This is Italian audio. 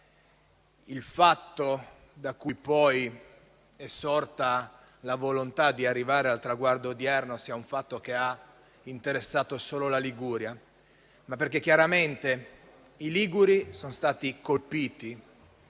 il fatto da cui poi è sorta la volontà di arrivare al traguardo odierno abbia interessato solo la Liguria, ma perché chiaramente i liguri sono stati colpiti.